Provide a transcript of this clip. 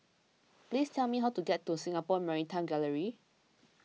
please tell me how to get to Singapore Maritime Gallery